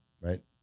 right